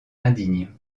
indigne